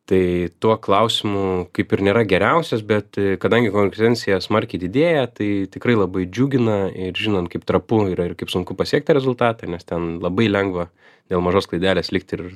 tai tuo klausimu kaip ir nėra geriausias bet kadangi konkurencija smarkiai didėja tai tikrai labai džiugina ir žinom kaip trapu yra ir kaip sunku pasiekt tą rezultatą nes ten labai lengva dėl mažos klaidelės likti ir